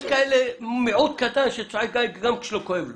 יש מיעוט שצועק "אי" גם כשלא כואב לו.